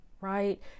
Right